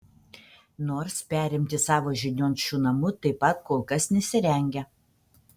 nors perimti savo žinion šių namų taip pat kol kas nesirengia